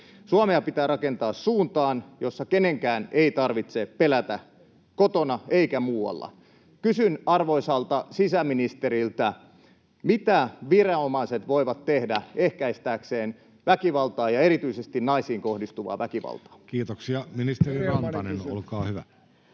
Suomea pitää rakentaa suuntaan, jossa kenenkään ei tarvitse pelätä kotona eikä muualla. Kysyn arvoisalta sisäministeriltä: mitä viranomaiset voivat tehdä ehkäistääkseen väkivaltaa ja erityisesti naisiin kohdistuvaa väkivaltaa? [Speech 100] Speaker: Jussi